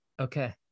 Okay